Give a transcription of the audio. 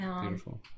Beautiful